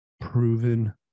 proven